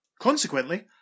Consequently